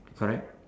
correct